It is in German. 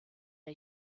der